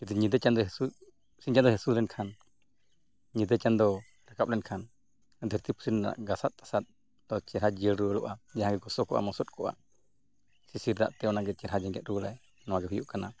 ᱡᱩᱫᱤ ᱧᱤᱫᱟᱹ ᱪᱟᱸᱫᱚᱭ ᱦᱟᱹᱥᱩᱨ ᱥᱤᱧ ᱪᱟᱸᱫᱳᱭ ᱦᱟᱹᱥᱩᱨ ᱞᱮᱱᱠᱷᱟᱱ ᱧᱤᱫᱟᱹ ᱪᱟᱸᱫᱳᱭ ᱨᱟᱠᱟᱵ ᱞᱮᱱᱠᱷᱟᱱ ᱫᱷᱟᱹᱨᱛᱤ ᱯᱩᱨᱤ ᱨᱮᱱᱟᱜ ᱜᱷᱟᱥᱟᱫ ᱛᱟᱥᱟᱫ ᱫᱚ ᱪᱮᱦᱨᱟ ᱡᱤᱭᱟᱹᱲ ᱨᱩᱣᱟᱹᱲᱚᱜᱼᱟ ᱡᱟᱦᱟᱸ ᱜᱚᱥᱚ ᱠᱚᱜᱼᱟ ᱢᱚᱥᱚᱫ ᱠᱚᱜᱼᱟ ᱥᱤᱥᱤᱨ ᱫᱟᱜᱛᱮ ᱚᱱᱟᱜᱮ ᱪᱮᱦᱨᱟ ᱚᱱᱟᱜᱮ ᱡᱮᱸᱜᱮᱫ ᱨᱩᱣᱟᱹᱲᱟᱭ ᱱᱚᱣᱟᱜᱮ ᱦᱩᱭᱩᱜ ᱠᱟᱱᱟ